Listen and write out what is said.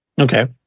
Okay